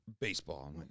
baseball